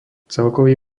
celkový